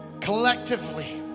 collectively